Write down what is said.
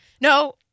No